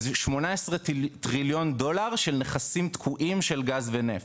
אז 18 טריליון דולר של נכסים תקועים של גז ונפט,